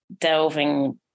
delving